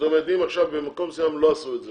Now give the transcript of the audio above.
זאת אומרת, אם עכשיו במקום מסוים לא עשו את זה,